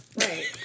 Right